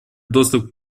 доступ